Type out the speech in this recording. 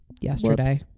yesterday